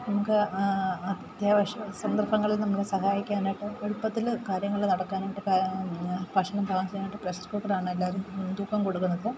നമുക്ക് അത്യാവശ്യ സന്ദർഭങ്ങളിൽ നമ്മളെ സഹായിക്കാനായിട്ട് എളുപ്പത്തിൽ കാര്യങ്ങൾ നാടക്കാനായിട്ട് ഇപ്പം ഭക്ഷണം പാകം ചെയ്യാനായിട്ട് പ്രഷർ കുക്കറാണ് എല്ലാവരും മുൻതൂക്കം കൊടുക്കുന്നത്